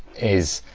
is